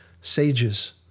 sages